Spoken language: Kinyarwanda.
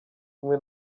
kumwe